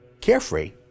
Carefree